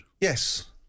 Yes